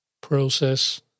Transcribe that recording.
process